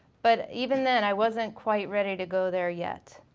but even then i wasn't quite ready to go there yet.